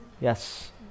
Yes